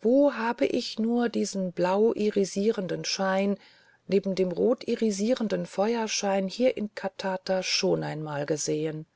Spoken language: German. wo habe ich nur diesen blau irisierenden schein neben dem rot irisierenden feuerschein hier in katata schon einmal gesehen